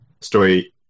story